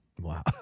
Wow